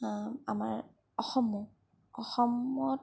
আমাৰ অসমো অসমত